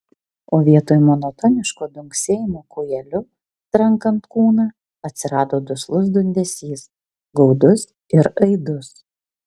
o vietoj monotoniško dunksėjimo kūjeliu trankant kūną atsirado duslus dundesys gaudus ir aidus